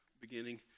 beginning